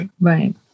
Right